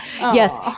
Yes